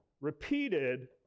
repeated